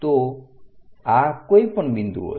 તો આ કોઈપણ બિંદુઓ છે